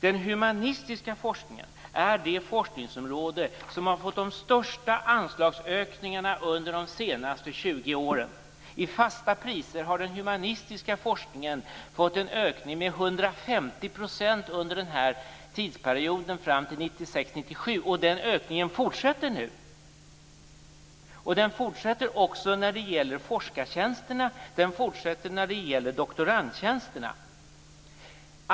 Den humanistiska forskningen är det forskningsområde som har fått de största anslagsökningarna under de senaste 20 åren. I fasta priser har den humanistiska forskningen fått 150 % mer under en period fram till 1996/97. Den ökningen fortsätter nu. Den fortsätter också när det gäller forskartjänsterna och doktorandtjänsterna.